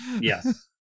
Yes